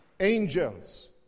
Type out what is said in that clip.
angels